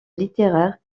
littéraire